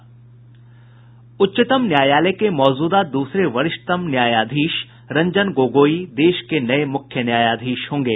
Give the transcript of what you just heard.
उच्चतम न्यायालय के मौजूदा द्रसरे वरिष्ठतम न्यायाधीश रंजन गोगई देश के नये मुख्य न्यायाधीश होंगे